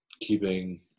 keeping